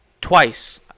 twice